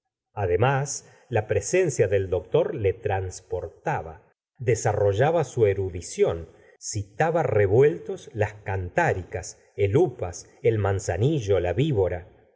además la presencia del doctor le transportaba desarrollaba su erudición citaba revueltos las cantáricas el upas el manzanillo la víbora